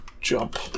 jump